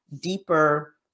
deeper